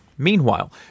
Meanwhile